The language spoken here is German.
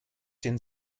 den